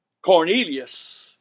Cornelius